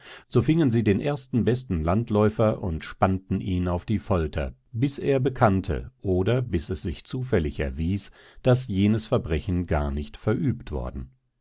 so fingen sie den ersten besten landläufer und spannten ihn auf die folter bis er bekannte oder bis es sich zufällig erwies daß jenes verbrechen gar nicht verübt worden